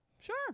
Sure